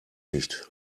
nicht